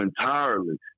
entirely